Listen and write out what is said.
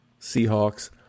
Seahawks